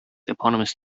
eponymous